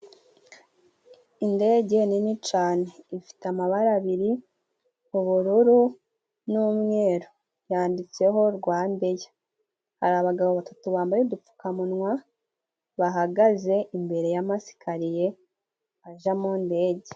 Indege nini cyane ifite amabara abiri ubururu n'umweru yanditseho rwanda air. Hari abagabo batatu bambaye udupfukamunwa bahagaze imbere ya masikariye ajya mu ndege.